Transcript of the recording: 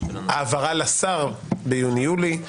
העברה לשר ביוני יולי,